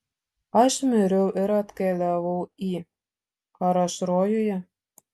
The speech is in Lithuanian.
aš miriau ir atkeliavau į ar aš rojuje